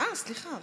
אה, סליחה.